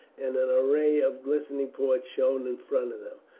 and an array of glistening points shone in front of them.